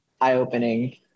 eye-opening